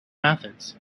methods